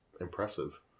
impressive